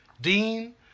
Dean